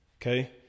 okay